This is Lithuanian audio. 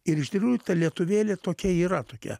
ir iš tikrųjų ta lietuvėlė tokia yra tokia